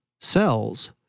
cells